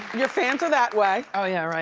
your fans are that way. oh yeah, right.